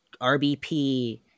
RBP